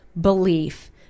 belief